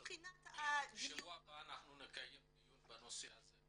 מבחינת הדיור --- בשבוע הבא נקיים דיון בנושא הזה,